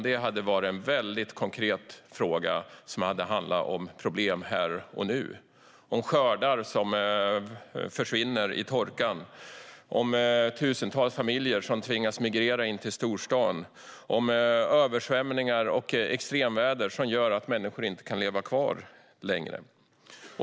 Det hade varit en väldigt konkret fråga som hade handlat om problem här och nu: om skördar som försvinner i torkan, om tusentals familjer som tvingas migrera in till storstaden och om översvämningar och extremväder som gör att människor inte kan leva kvar längre.